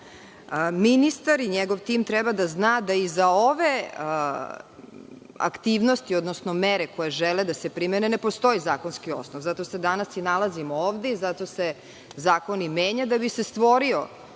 i njegov tim treba da zna da iza ove aktivnosti, odnosno mere koje žele da se primene ne postoji zakonski osnov i zato se danas nalazimo ovde i zato se zakon i menja da bi se stvorio